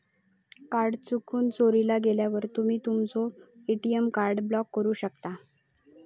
card चुकून, चोरीक गेल्यावर तुम्ही तुमचो ए.टी.एम कार्ड ब्लॉक करू शकता